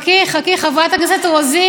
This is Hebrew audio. אתן פשוט ממרצ.